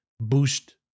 boost